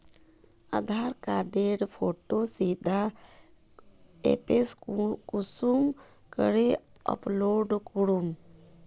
आधार कार्डेर फोटो सीधे ऐपोत कुंसम करे अपलोड करूम?